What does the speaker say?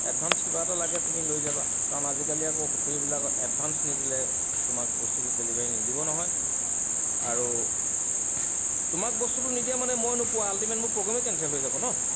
advance কিবা এটা লাগে তুমি লৈ যাবা কাৰণ আজিকালি আকৌ হোটেলবিলাকত এডভান্স নিদিলে তোমাক বস্তুটো ডেলিভাৰী নিদিব নহয় আৰু তোমাক বস্তুটো নিদিয়ে মানে মই নোপোৱা আলটিমেট মোৰ প্ৰ'গ্ৰেমে কেঞ্চেল হৈ যাব ন